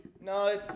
No